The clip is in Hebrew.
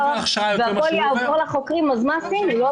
הכול יעבור לחוקרים, אז מה עשינו?